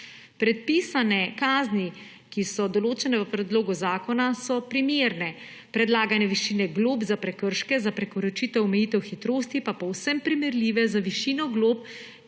Predpisane kazni, ki so določene v predlogu zakona, so primerne, predlagane višine glob za prekrške za prekoračitev omejitev hitrosti pa povsem primerljive z višino glob,